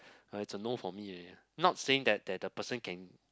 uh its a no for me already not saying that that the person can